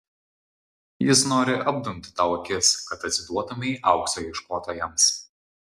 jis nori apdumti tau akis kad atsiduotumei aukso ieškotojams